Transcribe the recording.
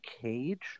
Cage